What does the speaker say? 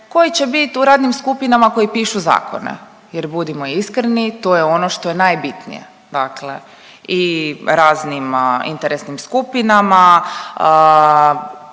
koji će biti u radnim skupinama koji pišu zakone. Jer, budimo iskreni, to je ono što je najbitnije, dakle i raznim interesnim skupinama,